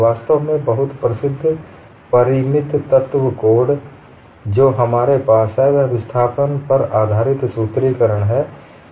वास्तव में बहुत प्रसिद्ध परिमित तत्व कोड जो हमारे पास हैं वह विस्थापन पर आधारित सूत्रीकरण है